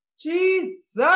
Jesus